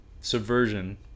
subversion